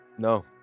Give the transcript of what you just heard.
no